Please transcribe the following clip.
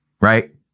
right